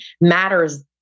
matters